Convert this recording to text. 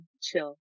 chill